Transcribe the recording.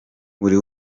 buri